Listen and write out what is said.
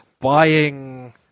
buying